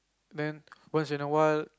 then once in a while